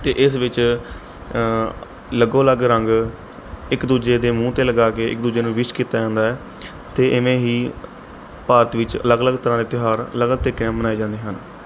ਅਤੇ ਇਸ ਵਿੱਚ ਲੱਗੋ ਲੱਗ ਰੰਗ ਇੱਕ ਦੂਜੇ ਦੇ ਮੂੰਹ 'ਤੇ ਲਗਾ ਕੇ ਇੱਕ ਦੂਜੇ ਨੂੰ ਵਿਸ਼ ਕੀਤਾ ਜਾਂਦਾ ਹੈ ਅਤੇ ਇਵੇਂ ਹੀ ਭਾਰਤ ਵਿੱਚ ਅਲੱਗ ਅਲੱਗ ਤਰ੍ਹਾਂ ਦੇ ਤਿਉਹਾਰ ਅਲੱਗ ਅਲੱਗ ਤਰੀਕੇ ਨਾਲ਼ ਮਨਾਏ ਜਾਂਦੇ ਹਨ